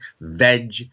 veg